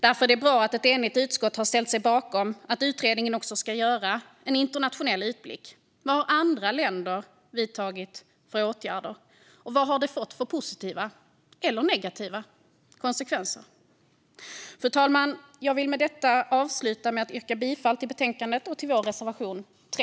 Därför är det bra att ett enigt utskott har ställt sig bakom att utredningen också ska göra en internationell utblick. Vad har andra länder vidtagit för åtgärder, och vad har det fått för positiva eller negativa konsekvenser? Fru talman! Jag yrkar bifall till förslaget i betänkandet och till vår reservation 3.